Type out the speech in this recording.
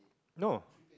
no